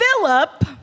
Philip